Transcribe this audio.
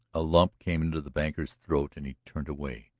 a lump came into the banker's throat and he turned away.